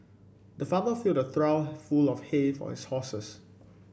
the farmer filled a trough full of hay for his horses